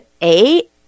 eight